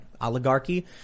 oligarchy